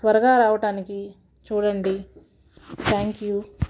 త్వరగా రావటానికి చూడండి థ్యాంక్ యూ